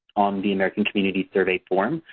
um the american community survey form,